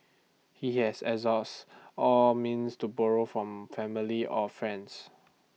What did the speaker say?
he had exhaust all means to borrow from family or friends